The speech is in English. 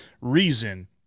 reason